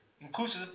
Inclusive